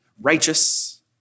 righteous